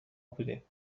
بودیم